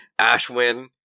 Ashwin